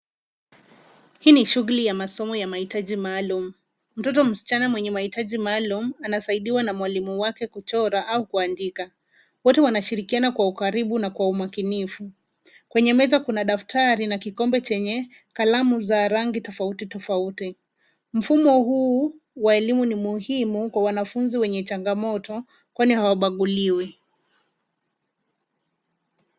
Hii ni shughuli ya masomo ya mahitaji maalum. Mtoto msichana mwenye mahitaji maalum anasaidiwa na mwalimu wake kuchora au kuandika. Wote wanashirikiana kwa ukaribu au kwa umakinifu. Kwenye meza kuna daftari , na kikombe chenye kalamu za rangi tofautitofauti. Mfumo huu wa elimu ni muhimu kwa wanafunzi wenye changamoto kwani hawabaguliwi.